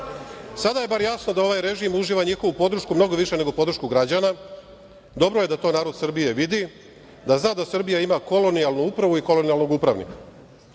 Sada je bar jasno da ovaj režim uživa njihovu podršku mnogo više nego podršku građana. Dobro je da to narod Srbije vidi, da zna Srbija ima kolonijalnu upravu i kolonijalnog upravnika. Što